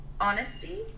honesty